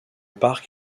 parc